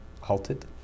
halted